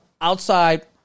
outside